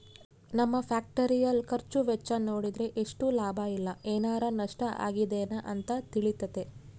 ನಮ್ಮ ಫ್ಯಾಕ್ಟರಿಯ ಖರ್ಚು ವೆಚ್ಚ ನೋಡಿದ್ರೆ ಎಷ್ಟು ಲಾಭ ಇಲ್ಲ ಏನಾರಾ ನಷ್ಟ ಆಗಿದೆನ ಅಂತ ತಿಳಿತತೆ